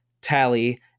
Tally